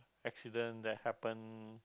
accident that happen